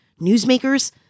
newsmakers